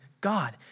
God